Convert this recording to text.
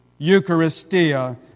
Eucharistia